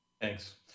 Thanks